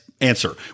answer